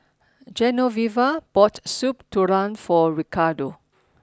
Genoveva bought Soup Tulang for Ricardo